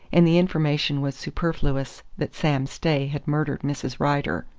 and the information was superfluous that sam stay had murdered mrs. rider.